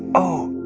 oh,